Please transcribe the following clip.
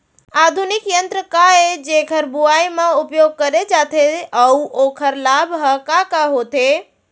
आधुनिक यंत्र का ए जेकर बुवाई म उपयोग करे जाथे अऊ ओखर लाभ ह का का होथे?